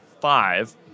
five